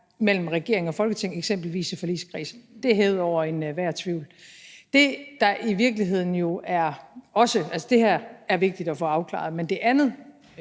mellem regeringen og Folketinget, eksempelvis i forligskredsen. Det er hævet over enhver tvivl. Det her er vigtigt at få afklaret, men det andet,